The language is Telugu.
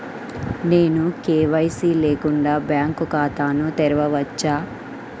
నేను కే.వై.సి లేకుండా బ్యాంక్ ఖాతాను తెరవవచ్చా?